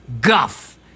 guff